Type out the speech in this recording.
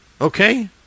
Okay